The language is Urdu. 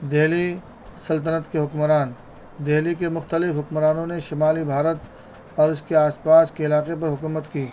دہلی سلطنت کے حکمران دہلی کے مختلف حکمرانوں نے شمالی بھارت اور اس کے آس پاس کے علاقے پر حکومت کی